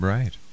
Right